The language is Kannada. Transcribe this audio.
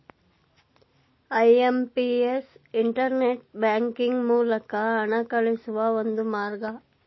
ಐ.ಎಂ.ಪಿ.ಎಸ್ ಇಂಟರ್ನೆಟ್ ಬ್ಯಾಂಕಿಂಗ್ ಮೂಲಕ ಹಣಗಳಿಸುವ ಒಂದು ಮಾರ್ಗ